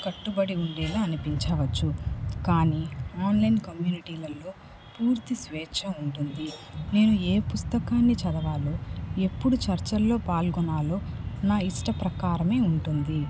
కట్టుబడి ఉండేలా అనిపించవచ్చు కానీ ఆన్లైన్ కమ్యూనిటీలల్లో పూర్తి స్వేచ్ఛ ఉంటుంది నేను ఏ పుస్తకాన్ని చదవాలో ఎప్పుడు చర్చల్లో పాల్గొనాలో నా ఇష్ట ప్రకారమే ఉంటుంది